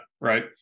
right